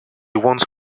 once